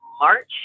March